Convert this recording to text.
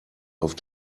auf